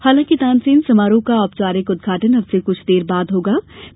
हालांकि तानसेन समारोह का औपचारिक उदघाटन अब से कुछ देर बाद शुरू हो रहा है